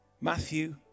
Matthew